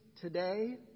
today